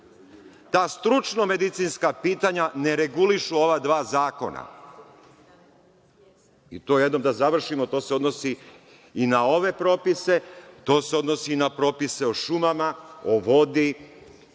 Ta stručno medicinska pitanja ne regulišu ova dva zakona. I, to jednom da završimo to se odnosi i na ove propise, to se odnosi i na propise o šumama, o vodi,